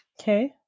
Okay